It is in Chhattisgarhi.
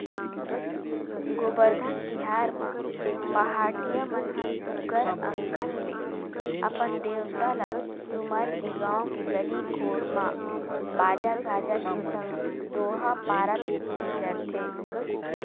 गोबरधन तिहार म पहाटिया मन ह सुग्घर अंकन ले अपन देवता ल सुमर के गाँव के गली घोर म बाजा गाजा के संग दोहा पारत गिंजरथे